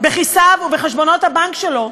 בכיסיו או בחשבונות הבנק שלו,